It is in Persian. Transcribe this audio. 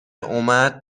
اومد